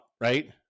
right